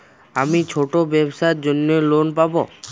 আমি ছোট ব্যবসার জন্য লোন পাব?